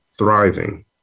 Thriving